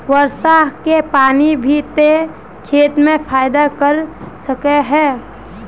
वर्षा के पानी भी ते खेत में फायदा कर सके है?